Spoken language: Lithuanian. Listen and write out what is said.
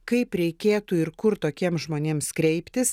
kaip reikėtų ir kur tokiems žmonėms kreiptis